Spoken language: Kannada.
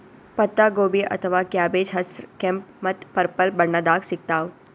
ಪತ್ತಾಗೋಬಿ ಅಥವಾ ಕ್ಯಾಬೆಜ್ ಹಸ್ರ್, ಕೆಂಪ್ ಮತ್ತ್ ಪರ್ಪಲ್ ಬಣ್ಣದಾಗ್ ಸಿಗ್ತಾವ್